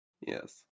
Yes